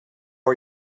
are